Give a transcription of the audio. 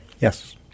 Yes